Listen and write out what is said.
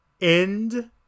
end